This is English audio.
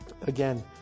again